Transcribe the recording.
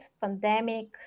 pandemic